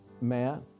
Matt